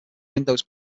windows